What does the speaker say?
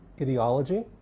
ideology